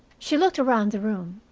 she looked around the room.